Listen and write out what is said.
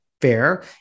fair